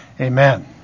Amen